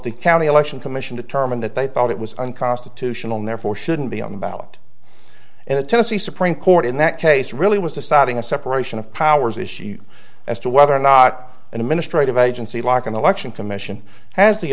the county election commission determined that they thought it was unconstitutional near for shouldn't be on the ballot and the tennessee supreme court in that case really was deciding a separation of powers issue as to whether or not an administrative agency like an election commission has the